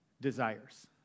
desires